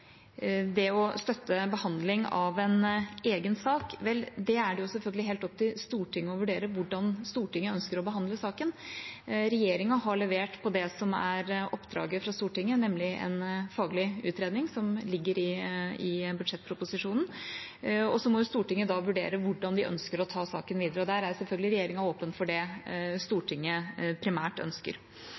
det å støtte behandling av en egen sak: Det er selvfølgelig helt opp til Stortinget å vurdere hvordan Stortinget ønsker å behandle saken. Regjeringa har levert når det gjelder det som er oppdraget fra Stortinget, nemlig en faglig utredning, som ligger i budsjettproposisjonen. Så må Stortinget da vurdere hvordan de ønsker å ta saken videre. Da er regjeringa selvfølgelig åpen for det Stortinget primært ønsker.